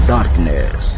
Darkness